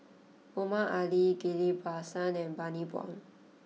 Omar Ali Ghillie Basan and Bani Buang